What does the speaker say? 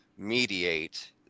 mediate